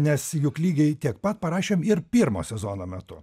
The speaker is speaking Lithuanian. nes juk lygiai tiek pat parašėm ir pirmo sezono metu